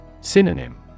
Synonym